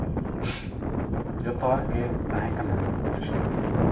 ᱡᱚᱛᱚᱣᱟᱜ ᱜᱮ ᱛᱟᱦᱮᱸ ᱠᱟᱱᱟ